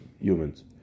humans